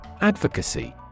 Advocacy